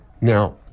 now